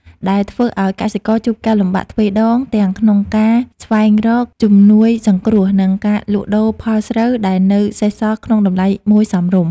ដែលធ្វើឱ្យកសិករជួបការលំបាកទ្វេដង ទាំងក្នុងការស្វែងរកជំនួយសង្គ្រោះ និងការលក់ដូរផលស្រូវដែលនៅសេសសល់ក្នុងតម្លៃមួយសមរម្យ។